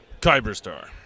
Kyberstar